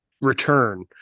return